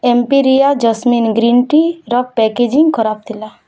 ଏମ୍ପିରିଆ jasmine green ଟିର packaging ଖରାପ ଥିଲା